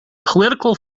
political